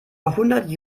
hundert